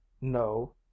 No